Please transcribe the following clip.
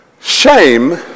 shame